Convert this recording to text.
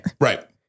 Right